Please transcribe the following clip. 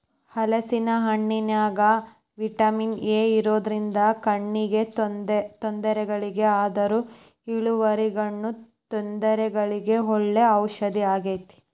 ಹಲೇಸಿನ ಹಣ್ಣಿನ್ಯಾಗ vitamin A ಇರೋದ್ರಿಂದ ಕಣ್ಣಿನ ತೊಂದರೆಗಳಿಗೆ ಅದ್ರಗೂ ಇರುಳುಗಣ್ಣು ತೊಂದರೆಗಳಿಗೆ ಒಳ್ಳೆ ಔಷದಾಗೇತಿ